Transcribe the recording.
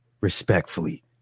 respectfully